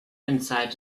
inside